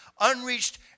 unreached